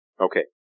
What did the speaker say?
Okay